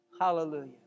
Hallelujah